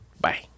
Bye